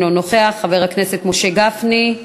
אינו נוכח, חבר הכנסת משה גפני,